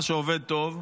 מה שעובד טוב,